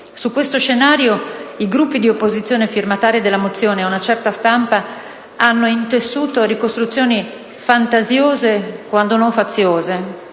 Su questo scenario, i Gruppi di opposizione firmatari della mozione, ed una certa stampa, hanno intessuto ricostruzioni fantasiose, quando non faziose,